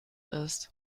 ist